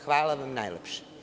Hvala vam najlepše.